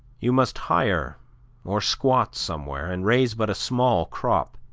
you must hire or squat somewhere, and raise but a small crop,